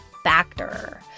Factor